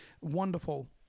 wonderful